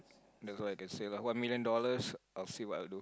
that's all I can say lah one million dollars I will see what I will do